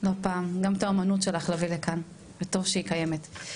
גם את האומנות שלך להביא לכאן וטוב שהיא קיימת.